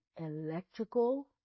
electrical